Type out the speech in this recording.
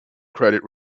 credit